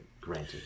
Granted